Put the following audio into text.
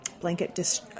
blanket